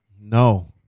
No